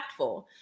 impactful